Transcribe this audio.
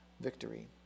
victory